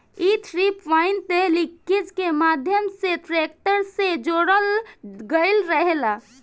इ three point linkage के माध्यम से ट्रेक्टर से जोड़ल गईल रहेला